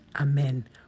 amen